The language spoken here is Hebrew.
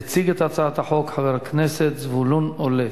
יציג את הצעת החוק חבר הכנסת זבולון אורלב.